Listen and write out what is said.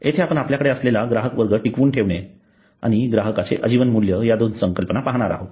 येथे आपण आपल्याकडे असलेला ग्राहक वर्ग टिकवून ठेवणे आणि ग्राहकाचे अजीवन मूल्य या दोन संकल्पना पाहत आहोत